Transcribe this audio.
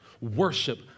Worship